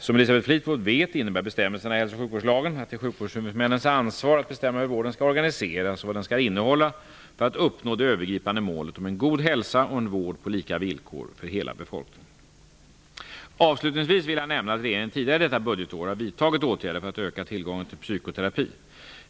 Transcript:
Som Elisabeth Fleetwood vet innebär bestämmelserna i hälso och sjukvårdslagen att det är sjukvårdshuvudmännens ansvar att bestämma hur vården skall organiseras och vad den skall innehålla för att uppnå det övergripande målet om en god hälsa och en vård på lika villkor för hela befolkningen. Avslutningsvis vill jag nämna att regeringen tidigare detta budgetår har vidtagit åtgärder för att öka tillgången till psykoterapi.